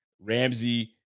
Ramsey